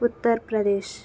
Uttar Pradesh